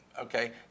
Okay